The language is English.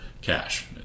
cash